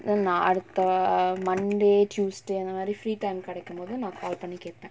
then நா அடுத்த:naa adutha err monday tuesday அந்தமாரி:anthamaari free time கெடைக்கும் போது நா:kedaikkum pothu naa call பண்ணி கேப்ப:panni keppa